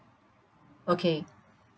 okay